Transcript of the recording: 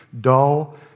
dull